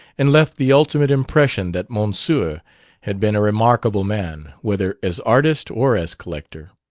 and left the ultimate impression that monsieur had been a remarkable man, whether as artist or as collector.